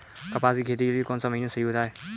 कपास की खेती के लिए कौन सा महीना सही होता है?